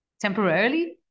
temporarily